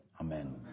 Amen